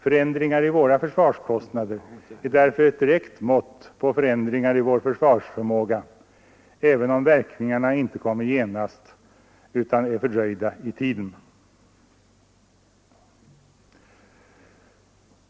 Förändringar i våra försvarskostnader är därför ett direkt mått på förändringar i vår försvarsförmåga, även om verkningarna inte kommer genast utan är fördröjda i tiden.